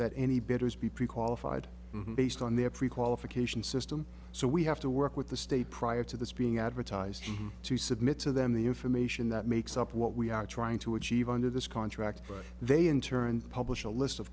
that any betters be pre qualified based on their prequalification system so we have to work with the state prior to this being advertised to submit to them the information that makes up what we are trying to achieve under this contract they in turn publish a list of